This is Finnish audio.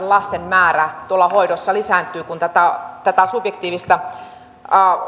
lasten määrä tuolla hoidossa lisääntyy kun tätä tätä subjektiivista